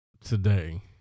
today